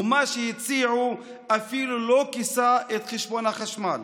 ומה שהציעו אפילו לא כיסה את חשבון החשמל.